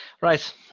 Right